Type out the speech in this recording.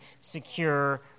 secure